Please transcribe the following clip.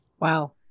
Wow